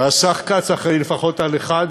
והשר כץ אחראי לפחות על אחד,